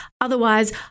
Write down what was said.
Otherwise